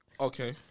Okay